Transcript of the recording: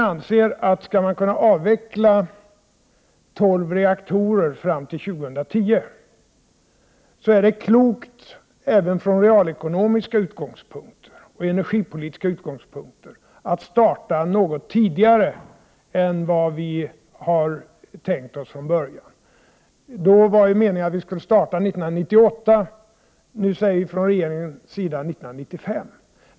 Om man skall kunna avveckla tolv reaktorer fram till år 2010, anser regeringen att det är klokt, även från realekonomiska och energipolitiska utgångspunkter, att starta något tidigare än vi hade tänkt oss från början. Då var meningen att vi skulle starta 1998, nu säger vi från regeringens sida 1995.